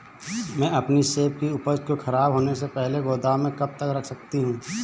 मैं अपनी सेब की उपज को ख़राब होने से पहले गोदाम में कब तक रख सकती हूँ?